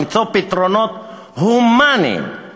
למצוא פתרונות הומניים